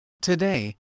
today